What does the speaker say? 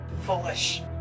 foolish